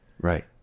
Right